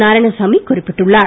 நாராயணசாமி குறிப்பிட்டார்